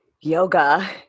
yoga